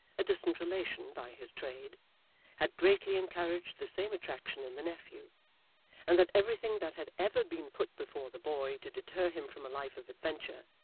a distant relation, by his trade had greatly encouraged the same attraction in the nephew and that everything that had ever been put before the boy to deter him from a life of adventure,